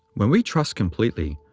when we trust completely,